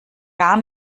gar